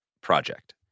project